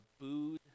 booed